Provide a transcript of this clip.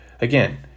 Again